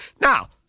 Now